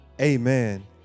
Amen